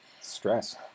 Stress